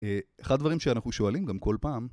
אחד הדברים שאנחנו שואלים גם כל פעם